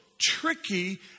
tricky